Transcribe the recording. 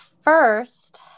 first